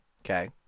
Okay